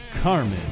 carmen